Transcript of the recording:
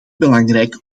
belangrijk